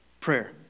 prayer